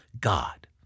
God